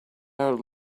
old